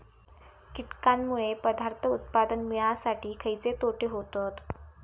कीटकांनमुळे पदार्थ उत्पादन मिळासाठी खयचे तोटे होतत?